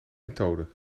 methode